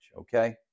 okay